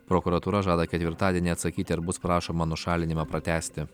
prokuratūra žada ketvirtadienį atsakyti ar bus prašoma nušalinimą pratęsti